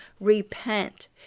Repent